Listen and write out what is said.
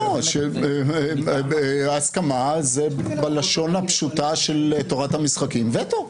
לא, שבהסכמה זה בלשון הפשוטה של תורת המשחקים וטו.